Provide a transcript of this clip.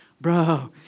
bro